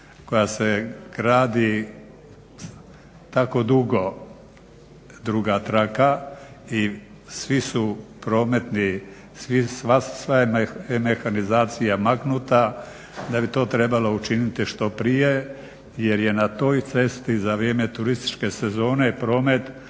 koja se gradi tako dugo druga traka i svi su prometni, sva je mehanizacija maknuta da bi to trebalo učiniti što prije jer je na toj cesti za vrijeme turističke sezone promet